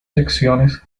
secciones